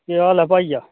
केह् हाल ऐ भाइया